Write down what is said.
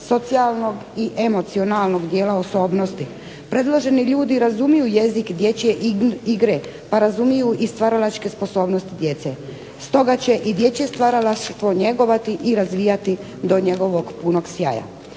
socijalnog i emocionalnog dijela osobnosti. Predloženi ljudi razumiju jezik dječje igre pa razumiju i stvaralačke sposobnosti djece. Stoga će i dječje stvaralaštvo njegovati i razvijati do njegovog punog sjaja.